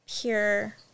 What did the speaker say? pure